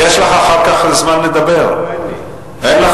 כל זה, זה חלק מהציונות.